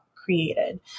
created